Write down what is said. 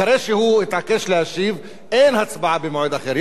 אחרי שהוא התעקש להשיב, אין הצבעה במועד אחר.